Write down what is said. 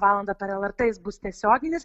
valandą per lrt jis bus tiesioginis